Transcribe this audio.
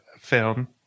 film